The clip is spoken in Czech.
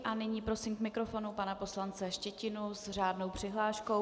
A nyní prosím k mikrofonu pana poslance Štětinu s řádnou přihláškou.